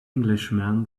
englishman